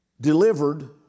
delivered